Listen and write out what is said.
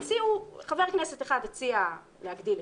חבר כנסת אחד הציע להגדיל לשניים,